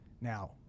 Now